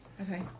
Okay